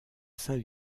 saint